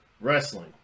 wrestling